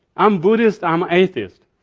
i'm buddhist, i'm atheist.